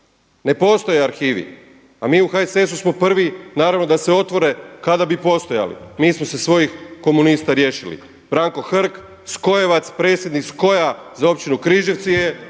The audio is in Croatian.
ne postoje arhivi. A mi u HSS-u smo prvi, naravno da se otvore kada bi postojali. Mi smo se svojih komunista riješili. Branko Hrg, skojevac predsjednik SKOJ-a za općinu Križevci,